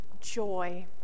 joy